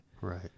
right